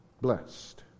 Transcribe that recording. blessed